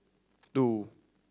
two